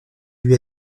lui